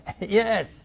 Yes